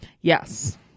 Yes